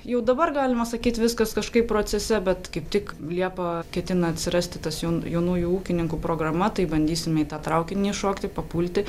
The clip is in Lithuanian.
jau dabar galima sakyti viskas kažkaip procese bet kaip tik liepą ketina atsirasti tas jau jaunųjų ūkininkų programa tai bandysime į tą traukinį įšokti papulti